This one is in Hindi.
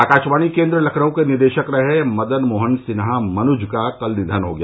आकाशवाणी केन्द्र लखनऊ के निदेशक रहे मदन मोहन सिन्हा मनुज का कल निधन हो गया